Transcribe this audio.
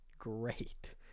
great